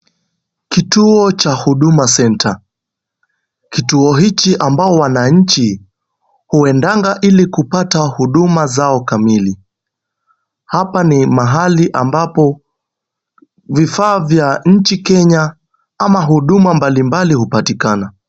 Kituo cha Huduma Center. Kituo hichi ambao wananchi huendanga ili kupata huduma zao kamili. Hapa ni mahali ambapo vifaa vya nchi Kenya ama huduma mbalimbali hupatikana.